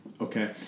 okay